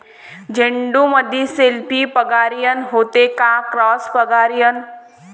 झेंडूमंदी सेल्फ परागीकरन होते का क्रॉस परागीकरन?